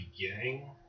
beginning